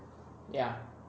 ya